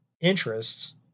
interests